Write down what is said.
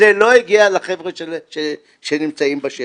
זה לא הגיע לחבר'ה שנמצאים בשטח.